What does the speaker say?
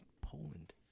Poland